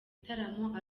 bitaramo